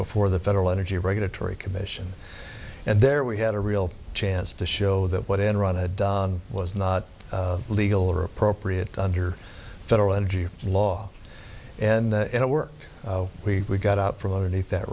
before the federal energy regulatory commission and there we had a real chance to show that what enron had was not legal or appropriate under federal energy law and it worked we got out from underneath that